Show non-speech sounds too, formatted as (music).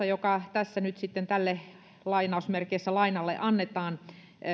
(unintelligible) joka tässä nyt sitten tälle lainalle annetaan